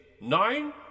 nine